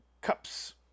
cups